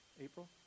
April